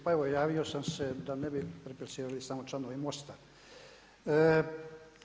Pa evo javio sam se da ne bi replicirali samo članovi MOST-a.